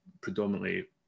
predominantly